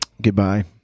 Goodbye